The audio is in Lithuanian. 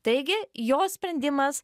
taigi jo sprendimas